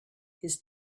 his